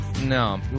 No